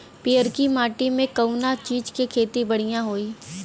पियरकी माटी मे कउना चीज़ के खेती बढ़ियां होई?